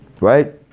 right